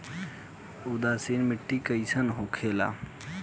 उदासीन मिट्टी कईसन होखेला?